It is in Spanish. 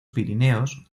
pirineos